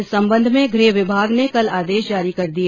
इस संबंध में गृह विभाग ने कल आदेश जारी कर दिए